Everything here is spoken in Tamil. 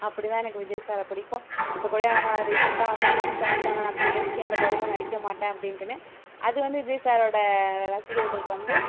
அப்படி தான் எனக்கு விஜய் சாரை பிடிக்கும் இப்போக்கூட அவங்க ரீசென்ட்டாக வந்து அனௌன்ஸ் பண்ணியிருக்காங்க நான் த்ரீ இயர்ஸ்க்கு எந்த படமும் நடிக்க மாட்டேன் அப்படின்ட்டுன்னு அது வந்து விஜய் சாரோட ரசிகர்களுக்கு வந்து